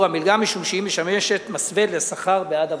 המלגה משום שהיא משמשת מסווה לשכר בעד עבודה.